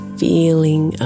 feeling